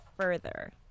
further